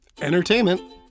entertainment